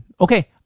okay